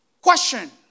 Question